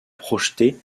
projeté